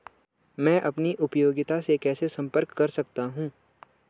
मैं अपनी उपयोगिता से कैसे संपर्क कर सकता हूँ?